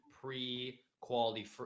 pre-quality